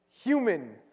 human